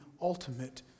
ultimate